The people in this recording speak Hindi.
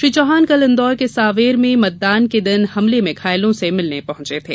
श्री चौहान कल इंदौर के सांवेर में मतदान के दिन हमले में घायलों से मिलने पहंचे थे